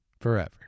forever